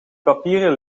papieren